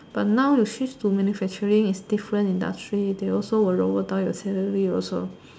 but now you change to manufacturing is different industry they also will lower down your salary also